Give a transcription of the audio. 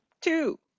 two